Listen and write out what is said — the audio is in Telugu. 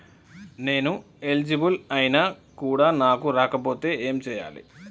నేను ఎలిజిబుల్ ఐనా కూడా నాకు రాకపోతే ఏం చేయాలి?